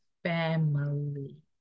family